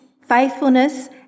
faithfulness